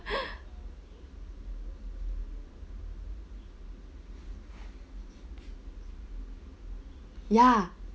ya